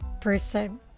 person